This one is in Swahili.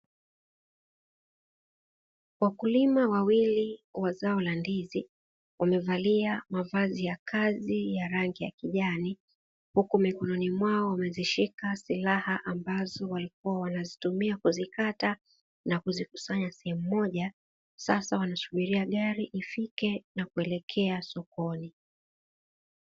Wakulima wawili wa zao la ndizi wamevalia mavazi ya kazi ya rangi ya kijani, huku mikononi mwao wamezishika silaha ambazo walikuwa wanazitumia kuzikata na kuzikusanya sehemu moja. Sasa wanasubiria gari ifike na kuelekea sokoni.